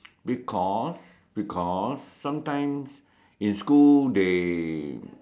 because because sometimes in school they